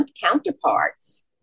counterparts